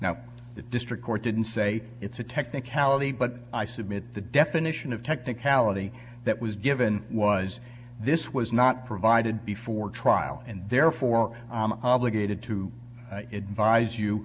now the district court didn't say it's a technicality but i submit the definition of technicality that was given was this was not provided before trial and therefore i'm obligated to advise you